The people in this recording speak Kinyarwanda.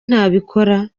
ntabikora